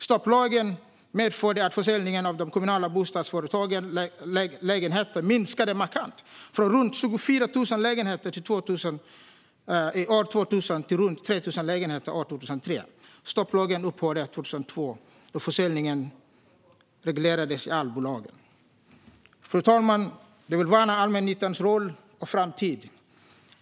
Stopplagen medförde att försäljningen av de kommunala bostadsföretagens lägenheter minskade markant, från runt 24 000 lägenheter år 2000 till runt 3 000 lägenhet år 2003. Stopplagen upphörde 2002, då försäljningen reglerades i allbolagen. Fru talman! Jag vill värna allmännyttans roll och framtid.